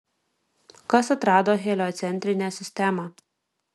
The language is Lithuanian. kas atrado heliocentrinę sistemą